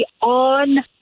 on